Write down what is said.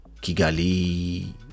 Kigali